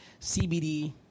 CBD